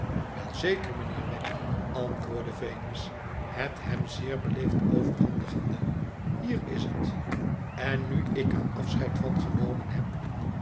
wel zeker mijnheer weg antwoordde venus het hem zeer beleefd overhandigende hier is het n nu ik er afscheid van genomen heb